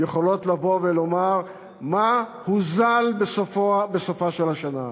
יכולות לבוא ולומר מה הוזל בסופה של השנה הזאת?